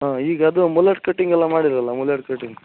ಹಾಂ ಈಗ ಅದು ಮುಲೆಟ್ ಕಟಿಂಗೆಲ್ಲ ಮಾಡಿದ್ದೀರಲ್ಲ ಮುಲೆಟ್ ಕಟಿಂಗ್